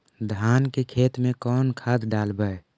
धान के खेत में कौन खाद डालबै?